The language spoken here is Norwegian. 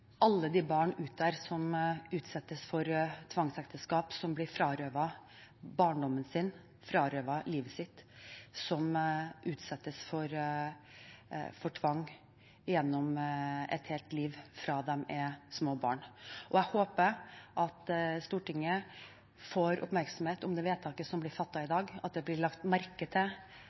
alle de barn der ute som utsettes for tvangsekteskap og blir frarøvet barndommen sin, frarøvet livet sitt, som utsettes for tvang gjennom et helt liv fra de er små barn. Jeg håper at Stortinget får oppmerksomhet om det vedtaket som blir fattet i dag, at det blir lagt merke til